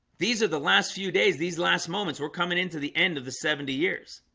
these are the last few days these last moments were coming into the end of the seventy years